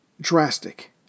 drastic